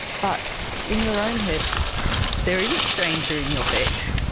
but in your own head there is a stranger in your bed.